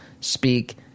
speak